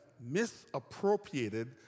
misappropriated